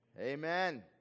Amen